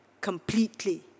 completely